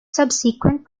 subsequent